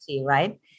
right